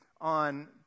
on